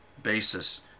basis